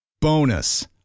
Bonus